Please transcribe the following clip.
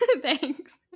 thanks